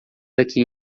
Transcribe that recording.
daqui